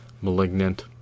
malignant